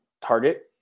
target